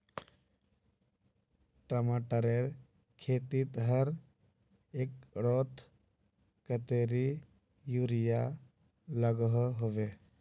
टमाटरेर खेतीत हर एकड़ोत कतेरी यूरिया लागोहो होबे?